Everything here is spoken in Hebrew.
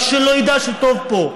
רק שלא ידע שטוב פה.